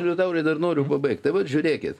liutaurai dar noriu baigt tai vat žiūrėkit